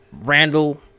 Randall